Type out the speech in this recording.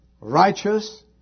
righteous